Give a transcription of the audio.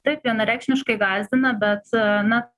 taip vienareikšmiškai gąsdina bet na